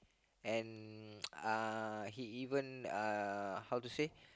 and uh he even uh how to say